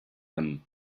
them